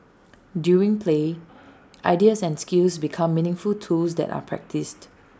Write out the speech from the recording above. during play ideas and skills become meaningful tools that are practised